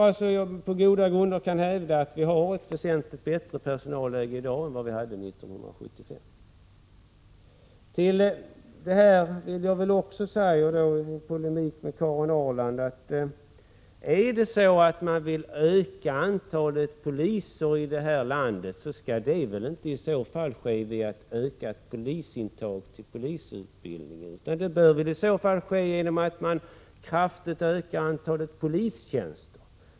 Jag kan på goda grunder hävda att vi i dag har ett väsentligt bättre personalläge än vi hade 1975. Jag vill i polemik med Karin Ahrland säga att om man vill öka antalet poliser i vårt land skall det i så fall inte ske via en ökad intagning till polisutbildningen utan genom att man kraftigt ökar antalet polistjänster.